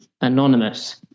anonymous